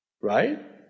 Right